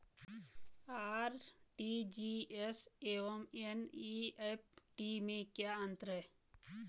RTGS एवं NEFT में क्या अंतर है?